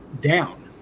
down